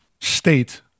state